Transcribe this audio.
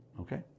okay